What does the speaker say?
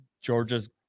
Georgia's